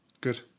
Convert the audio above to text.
Good